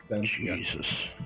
Jesus